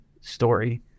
story